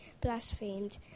blasphemed